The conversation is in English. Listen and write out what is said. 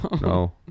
No